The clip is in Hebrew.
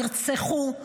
נרצחו,